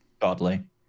godly